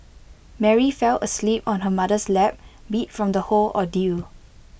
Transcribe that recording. Mary fell asleep on her mother's lap beat from the whole ordeal